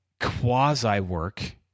quasi-work